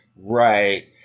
right